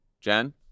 Jen